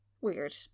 Weird